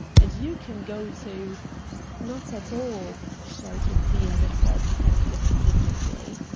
and you can go to not at all! shouted the amateur detective indignantly.